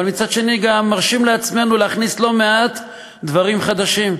אבל מצד שני גם מרשים לעצמנו להכניס לא מעט דברים חדשים.